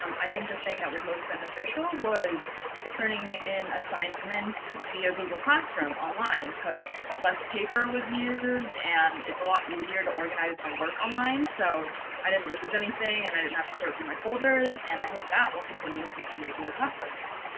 um i think the thing that was most beneficial was turning in assignments via google classroom online cause less paper was used and it's a lot easier to organize my work online, so i didn't lose anything and i didn't have to sort through my folders and i hope that will continue into regular classrooms.